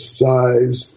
size